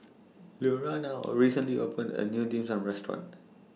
Lurana recently opened A New Dim Sum Restaurant